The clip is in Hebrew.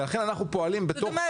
זאת אומרת,